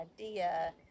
idea